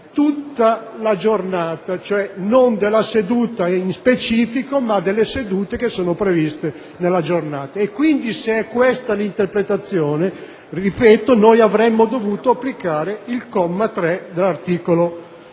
tutta la giornata: non della seduta in specifico ma delle sedute previste nella giornata. Ripeto che se questa è l'interpretazione, noi avremmo dovuto applicare il comma 3 dell'articolo 56.